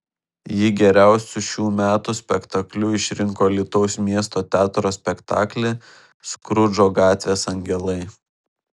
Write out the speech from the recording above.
ji geriausiu šių metų spektakliu išrinko alytaus miesto teatro spektaklį skrudžo gatvės angelai